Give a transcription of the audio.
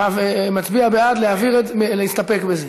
מצביע בעד להסתפק בזה.